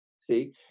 see